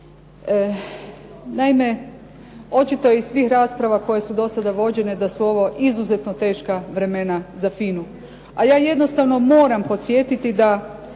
Naime, očito iz svih rasprava koje su do sada vođene da su ovo izuzetno teška vremena za FINA-u a ja jednostavno moram podsjetiti da